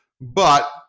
But-